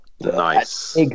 Nice